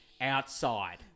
outside